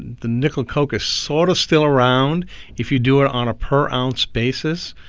the nickel coke is sort of still around if you do it on a per-ounce basis.